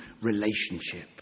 relationship